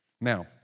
Now